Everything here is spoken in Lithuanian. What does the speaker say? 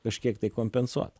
kažkiek tai kompensuot